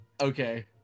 Okay